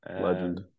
Legend